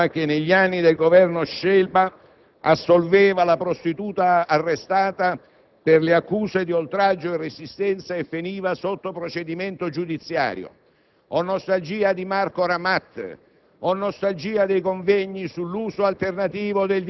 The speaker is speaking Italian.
Devo dire che abbiamo una certa nostalgia di un'Associazione nazionale magistrati nella quale la diversità di punti di vista e di sigle associative esprimeva un effettivo pluralismo culturale,